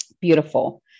Beautiful